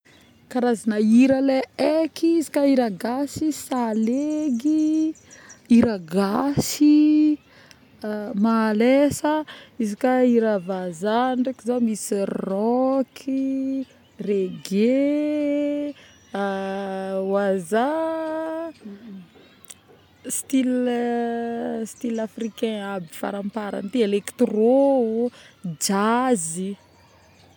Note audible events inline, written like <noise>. Karazagny hira le haiky iz'ka hira gasy salegy hiragasy malesa iz'ka hira vazaha ndraiky zao misy rock yy reggeee <hesitation> wazza style style africain aby faramparagny ty électro, jazzyy